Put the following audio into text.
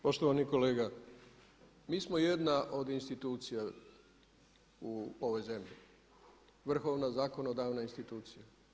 Poštovani kolega, mi smo jedna od institucija u ovoj zemlji, vrhovna zakonodavna institucija.